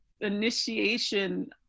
initiation